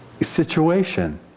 situation